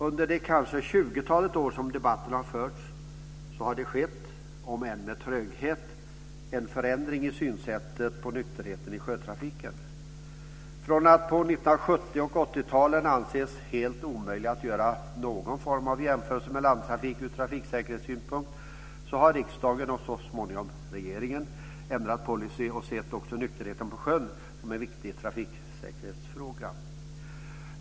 Under det tjugotal år som debatten har förts har det - om än med tröghet - skett en förändring i synsättet på nykterheten i sjötrafiken. På 1970 och 1980-talet ansågs det helt omöjligt att göra någon form av jämförelse med landtrafik ur trafiksäkerhetssynpunkt. Sedan dess har riksdagen - och så småningom regeringen - ändrat policy och också sett nykterheten på sjön som en viktig trafiksäkerhetsfråga.